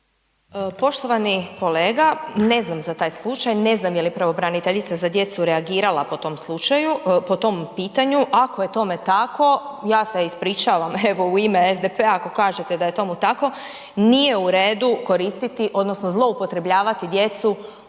Poštovani kolega, ne znam za taj slučaj, ne znam je li pravobraniteljica za djecu reagirala po tom pitanju, ako je tome tako, ja se ispričavam evo u ime SDP-a ako kažete da je tomu tako, nije u redu koristiti odnosno zloupotrebljavati djecu u